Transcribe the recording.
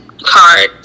card